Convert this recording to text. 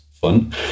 fun